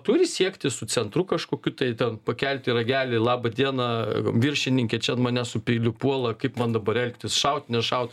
turi siektis su centru kažkokiu tai ten pakelti ragelį laba diena viršininke čia mane su peiliu puola kaip man dabar elgtis šaut nešaut